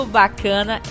bacana